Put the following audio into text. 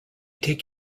take